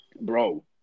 Bro